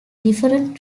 different